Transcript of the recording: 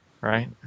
right